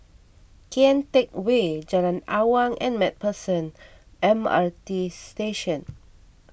Kian Teck Way Jalan Awang and MacPherson M R T Station